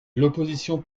l’opposition